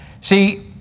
see